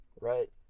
Right